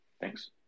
Thanks